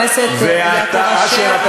חבר הכנסת יעקב אשר,